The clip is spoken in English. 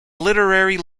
literary